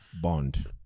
Bond